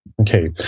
Okay